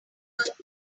work